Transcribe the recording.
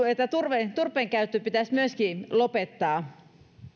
että myöskin turpeen käyttö pitäisi lopettaa